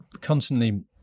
constantly